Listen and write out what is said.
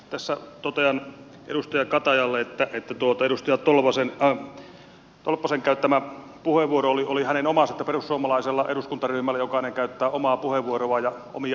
tässä totean edustaja katajalle että edustaja tolppasen käyttämä puheenvuoro oli hänen omansa perussuomalaisessa eduskuntaryhmässä jokainen käyttää oman puheenvuoronsa ja omia ajatuksiaan